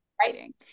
writing